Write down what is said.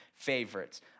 favorites